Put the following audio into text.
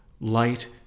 light